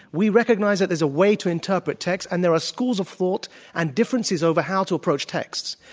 we recognize that there's a way to interpret text and there are schools of thought and differences over how to approach texts.